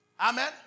Amen